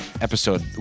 episode